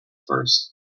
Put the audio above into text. first